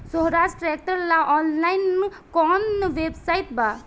सोहराज tractor ला online कोउन website बा?